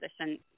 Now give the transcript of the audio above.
position